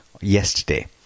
yesterday